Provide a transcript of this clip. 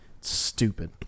Stupid